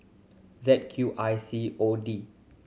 Z Q I C O D